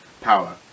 power